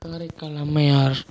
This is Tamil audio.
காரைக்கால் அம்மையார்